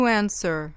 answer